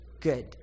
good